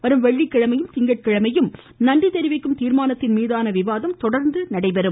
வரும் வெள்ளிக்கிழமையும் திங்கட்கிழமையும் நன்றி தெரிவிக்கும் தீர்மானத்தின் மீதான விவாதம் தொடர்ந்து நடைபெறும்